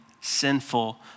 sinful